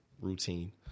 routine